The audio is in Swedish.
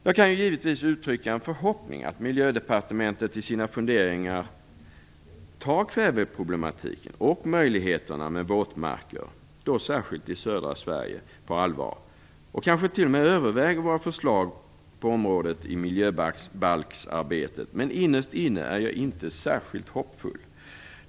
Jag kan givetvis uttrycka en förhoppning att Miljödepartementet i sina funderingar tar kväveproblematiken och möjligheterna med våtmarker, särskilt i södra Sverige, på allvar och att de kanske t.o.m. överväger våra förslag på området i miljöbalksarbetet. Men innerst inne är jag inte särskilt hoppfull.